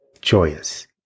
joyous